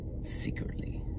secretly